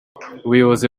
ubuyobozi